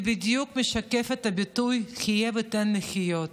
זה בדיוק משקף את הביטוי "חיה ותן לחיות"